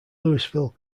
louisville